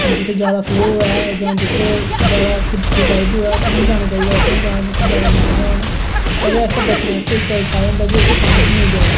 जित्थै जादा फ्लो होऐ जां जित्थै पेलशी टाईप होऐ उत्थै निं जाना चाहीदा असें जां जित्थै मेंडकां होन ओह्दे बिच उत्थै बचने आस्तै इक्क उपाय होंदा कि उत्थै नेईं जाओ